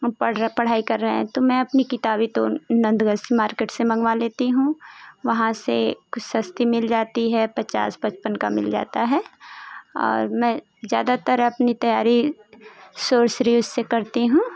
हम पढ़ रहे पढ़ाई कर रहे हैं तो मैं अपनी किताबें तो नन्द गज़ कि मार्केट से मँगवा लेती हुँ वहाँ से कुछ सस्ती मिल जाती है पचास पचपन का मिल जाता है और मैं ज़्यादातर अपनी तैयारी सोर्स रेस से करती हूँ